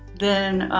then